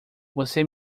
você